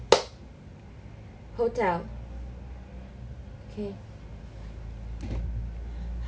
hotel okay